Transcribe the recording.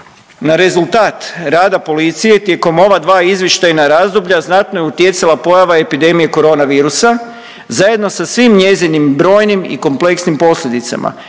na rezultat rada policije tijekom ova dva izvještajna razdoblja znatno je utjecala pojava epidemije koronavirusa zajedno sa svim njezinim brojnim i kompleksnim posljedicama.